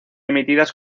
emitidas